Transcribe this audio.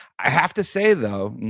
i have to say though,